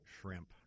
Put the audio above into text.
shrimp